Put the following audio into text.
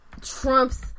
trumps